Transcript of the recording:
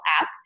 app